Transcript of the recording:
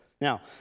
Now